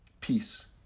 Peace